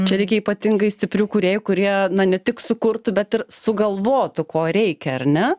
čia reikia ypatingai stiprių kūrėjų kurie na ne tik sukurtų bet ir sugalvotų ko reikia ar ne